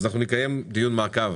אנחנו נקיים דיון מעקב